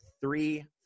three